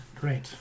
Great